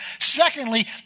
Secondly